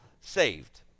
saved